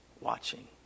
watching